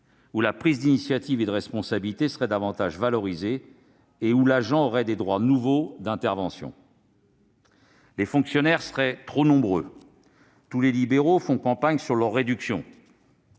la prise d'initiative et de responsabilité serait davantage valorisée et l'agent aurait des droits nouveaux d'intervention ? Les fonctionnaires seraient « trop nombreux ». Tous les libéraux font campagne sur la réduction